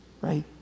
Right